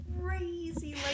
crazy